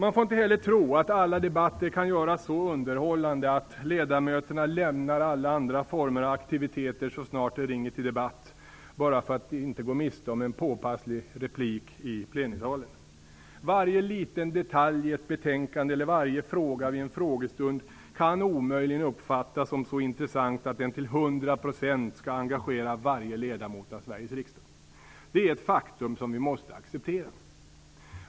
Man får inte heller tro att alla debatter kan göras så underhållande att ledamöterna lämnar alla andra former av aktiviteter så snart det ringer till debatt bara för att inte gå miste om en påpasslig replik i plenisalen. Varje liten detalj i ett betänkande eller varje fråga vid en frågestund kan omöjligen uppfattas som så intressant att den till hundra procent skall engagera varje ledamot av Sveriges riksdag. Det är ett faktum som vi måste acceptera.